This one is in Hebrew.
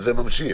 זה ממשיך